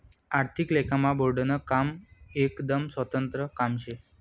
आर्थिक लेखामा बोर्डनं काम एकदम स्वतंत्र काम शे